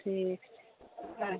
ठीक अच्छा